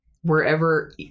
wherever